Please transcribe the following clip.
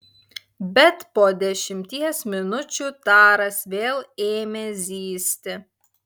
bet po dešimties minučių taras vėl ėmė zyzti